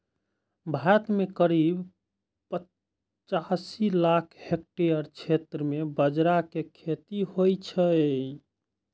भारत मे करीब पचासी लाख हेक्टेयर क्षेत्र मे बाजरा के खेती होइ छै